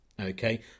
Okay